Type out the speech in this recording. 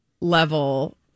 level